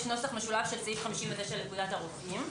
נוסח משולב של סעיף 59 לפקודת הרופאים.